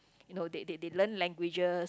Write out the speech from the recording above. no they they they learn languages